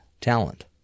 Talent